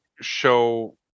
show